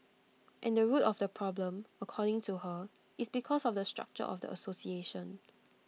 and the root of the problem according to her is because of the structure of the association